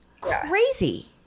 crazy